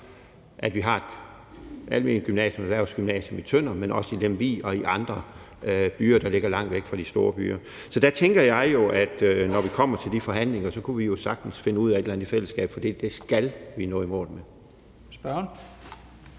at vi har et alment gymnasium og et ethvervsgymnasium i Tønder, men også i Lemvig og i andre byer, der ligger langt væk fra de store byer. Så der tænker jeg jo, at vi, når vi kommer til de forhandlinger, sagtens kunne finde ud af et eller andet i fællesskab, for det skal vi nå i mål med.